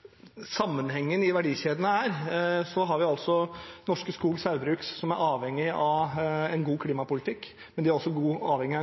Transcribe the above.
også avhengige av en